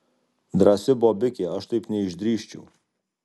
drąsi bobikė aš taip neišdrįsčiau